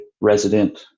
resident